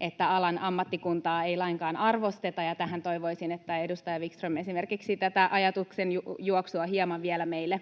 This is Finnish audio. että alan ammattikuntaa ei lainkaan arvosteta, ja toivoisin, että esimerkiksi edustaja Wickström tätä ajatuksenjuoksua hieman vielä meille